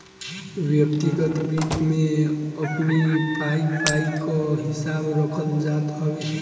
व्यक्तिगत वित्त में अपनी पाई पाई कअ हिसाब रखल जात हवे